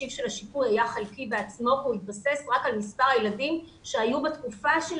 התחשיב של השיפוי היה חלקי כי הוא התבסס רק על מספר הילדים שהיו בתקופה של